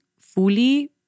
fully